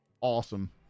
Awesome